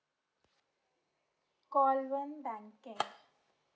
call one banking